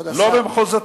כבוד השר.